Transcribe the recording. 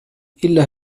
إلا